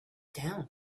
down